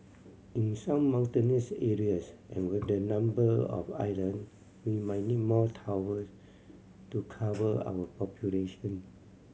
in some mountainous areas and with the number of island we might need more towers to cover our population